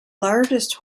largest